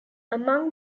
among